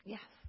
Yes